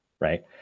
right